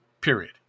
Period